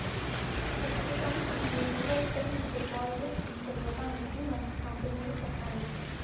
ప్రస్తుతం mutual fund deposit చేయడానికి మంచి కంపెనీలు చెప్పండి